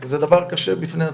זה דבר קשה בפני עצמו.